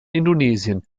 indonesien